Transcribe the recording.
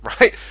right